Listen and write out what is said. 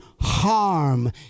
harm